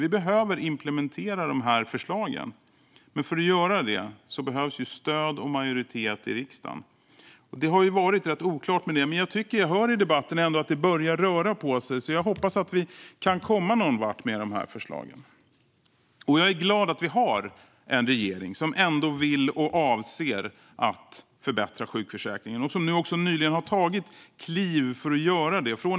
Vi behöver implementera dem, men för att göra det behövs ju stöd och majoritet i riksdagen. Det har ju varit rätt oklart med hur det är med det. Men jag tycker ändå att jag hör i debatten att det börjar röra på sig, så jag hoppas att vi kan komma någonvart med förslagen. Och jag är glad att vi har en regering som ändå vill och avser att förbättra sjukförsäkringen och som nyligen också har tagit kliv för att göra det.